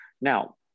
Now